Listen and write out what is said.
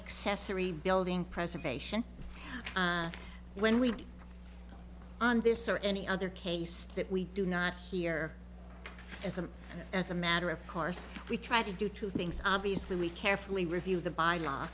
accessory building preservation when we on this or any other case that we do not hear as a as a matter of course we try to do two things obviously we carefully review the by law